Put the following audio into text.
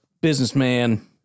businessman